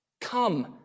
Come